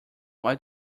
what